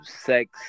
sex